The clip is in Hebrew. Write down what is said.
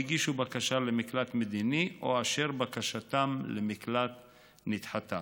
הגישו בקשה למקלט מדיני או אשר בקשתם למקלט נדחתה.